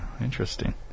interesting